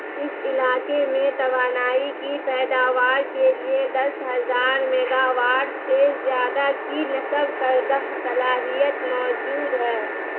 اس علاقے میں توانائی کی پیداوار کے لیے دس ہزار میگاواٹ سے زیادہ کی نصب کردہ صلاحیت موجود ہے